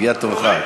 הגיע תורך,